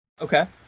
Okay